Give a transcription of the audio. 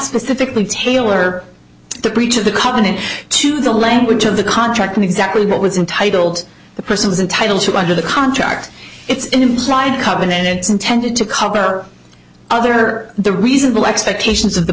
specifically tailor the breach of the covenant to the language of the contract and exactly what was in titled the person is entitled to under the contract it's implied covenants intended to cover other the reasonable expectations of the